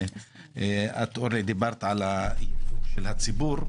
את דיברת על ייצוג הציבור.